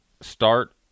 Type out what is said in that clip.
start